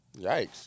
Yikes